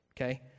Okay